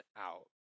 out